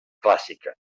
clàssiques